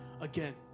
again